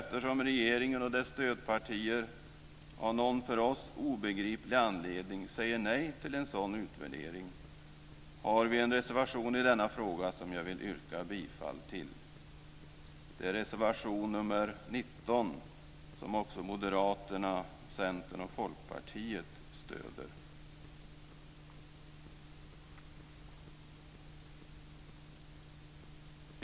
Eftersom regeringen och dess stödpartier av någon för oss obegriplig anledning säger nej till en sådan utvärdering har vi i denna fråga en reservation som jag vill yrka bifall till. Det gäller reservation nr 19 som också Moderaterna, Centern och Folkpartiet stöder.